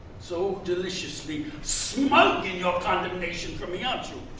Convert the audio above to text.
so deliciously smug in your condemnation for me, aren't you?